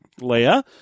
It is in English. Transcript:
Leia